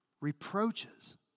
Reproaches